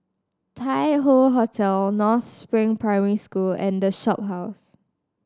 Tai Hoe Hotel North Spring Primary School and The Shophouse